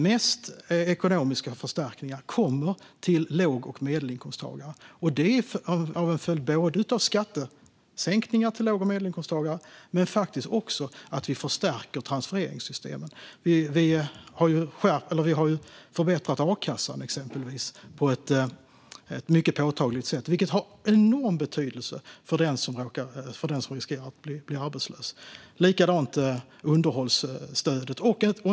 Mest ekonomiska förstärkningar kommer till låg och medelinkomsttagare, och det är en följd både av skattesänkningar till låg och medelinkomsttagare och av förstärkningar av transfereringssystemen. Vi har exempelvis förbättrat a-kassan på ett mycket påtagligt sätt, vilket har enorm betydelse för den som riskerar att bli arbetslös. Likadant har vi förbättrat underhållsstödet.